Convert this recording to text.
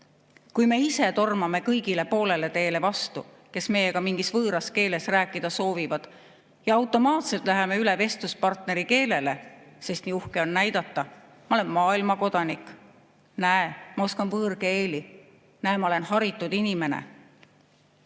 Me tormame poolele teele vastu kõigile, kes meiega mingis võõras keeles rääkida soovivad, ja automaatselt läheme üle vestluspartneri keelele, sest nii uhke on näidata, et ma olen maailmakodanik, näe, ma oskan võõrkeeli, näe, ma olen haritud inimene,